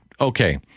okay